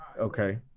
Okay